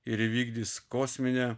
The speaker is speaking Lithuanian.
ir įvykdys kosminę